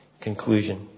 conclusion